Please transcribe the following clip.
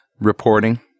reporting